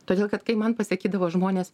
todėl kad kai man pasakydavo žmonės